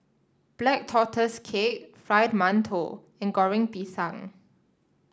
Black Tortoise Cake Fried Mantou and Goreng Pisang